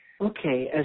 Okay